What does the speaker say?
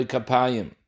Kapayim